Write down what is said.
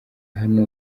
hano